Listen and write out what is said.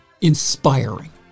inspiring